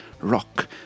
rock